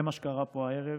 זה מה שקרה פה הערב.